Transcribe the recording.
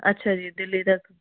ਅੱਛਾ ਜੀ ਦਿੱਲੀ ਦਾ